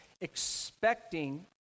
expecting